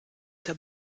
der